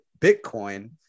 bitcoin